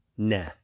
Nah